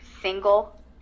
single